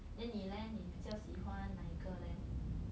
then 你 leh 你比较喜欢哪一个 leh